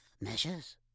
Measures